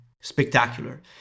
spectacular